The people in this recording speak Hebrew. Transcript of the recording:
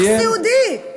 ביטוח סיעודי.